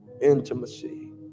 intimacy